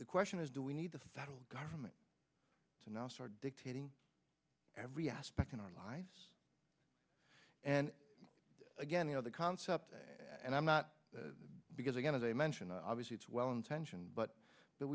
the question is do we need the federal government to now start dictating every aspect in our lives and again you know the concept and i'm not because again today mentioned obviously it's well intentioned but